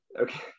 Okay